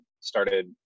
started